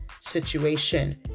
situation